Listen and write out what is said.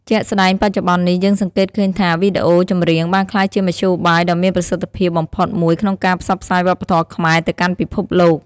ជាក់ស្តែងបច្ចុប្បន្ននេះយើងសង្កេតឃើញថា វីដេអូចម្រៀងបានក្លាយជាមធ្យោបាយដ៏មានប្រសិទ្ធភាពបំផុតមួយក្នុងការផ្សព្វផ្សាយវប្បធម៌ខ្មែរទៅកាន់ពិភពលោក។